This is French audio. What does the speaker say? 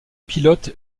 pilote